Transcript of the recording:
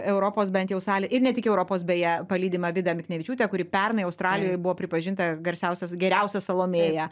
europos bent jau salę ir ne tik europos beje palydimą vidą miknevičiūtę kuri pernai australijoj buvo pripažinta garsiausia geriausia salomėja